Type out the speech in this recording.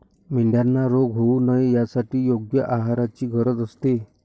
मेंढ्यांना रोग होऊ नये यासाठी योग्य आहाराची गरज असते